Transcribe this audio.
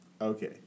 Okay